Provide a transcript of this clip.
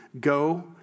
go